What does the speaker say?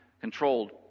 controlled